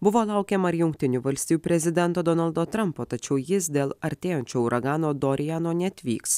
buvo laukiama ir jungtinių valstijų prezidento donaldo trampo tačiau jis dėl artėjančio uragano dorijeno neatvyks